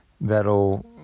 that'll